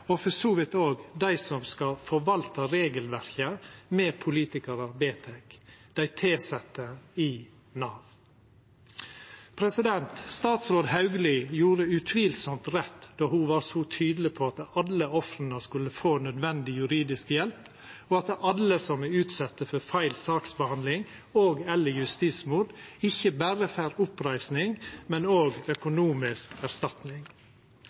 og for så vidt også dei som skal forvalta regelverket me politikarar vedtek: dei tilsette i Nav. Statsråd Hauglie gjorde utvilsamt rett då ho var så tydeleg på at alle ofra skulle få nødvendig juridisk hjelp, og at alle som er utsette for feil saksbehandling og/eller justismord, ikkje berre får oppreisning, men òg økonomisk erstatning.